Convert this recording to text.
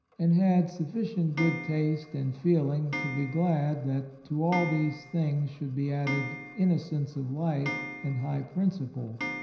and had sufficient good taste and feeling to be glad that to all these things should be added innocence of life and high principle.